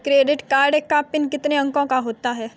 Credit card का PIN कितने अंकों का होता है?